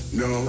no